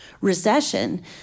recession